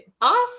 awesome